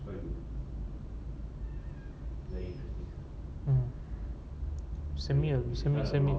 send me a send me send me